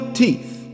teeth